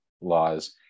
laws